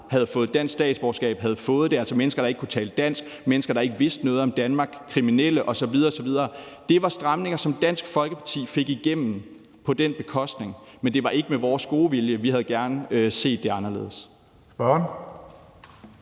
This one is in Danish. havde fået dansk statsborgerskab, altså mennesker, der ikke kunne tale dansk, mennesker, der ikke vidste noget om Danmark, kriminelle osv. osv. Det var stramninger, som Dansk Folkeparti fik igennem på den bekostning, men det var ikke med vores gode vilje. Vi havde gerne set det anderledes.